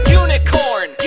unicorn